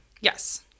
Yes